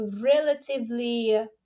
relatively